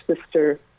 sister